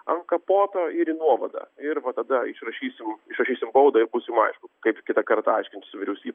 ant kapoto ir į nuovadą ir va tada išrašysim išrašysim baudą ir bus jum aišku kaip kitą kartą aiškintis su vyriausybe